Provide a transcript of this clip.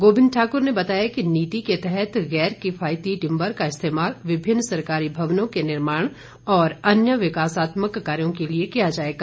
गोविंद ठाकुर ने बताया कि नीति के तहत गैर किफायती टिम्बर का इस्तेमाल विभिन्न सरकारी भवनों के निर्माण और अन्य विकासात्मक कार्यो के लिए किया जाएगा